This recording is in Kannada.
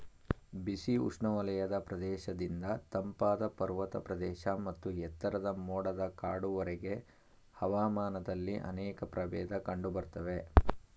ಬಿಸಿ ಉಷ್ಣವಲಯದ ಪ್ರದೇಶದಿಂದ ತಂಪಾದ ಪರ್ವತ ಪ್ರದೇಶ ಮತ್ತು ಎತ್ತರದ ಮೋಡದ ಕಾಡುವರೆಗೆ ಹವಾಮಾನದಲ್ಲಿ ಅನೇಕ ಪ್ರಭೇದ ಕಂಡುಬರ್ತವೆ